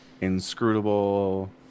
inscrutable